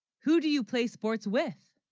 who, do you, play, sports with